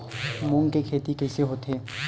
मूंग के खेती कइसे होथे?